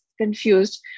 confused